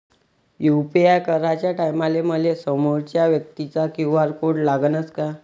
UPI कराच्या टायमाले मले समोरच्या व्यक्तीचा क्यू.आर कोड लागनच का?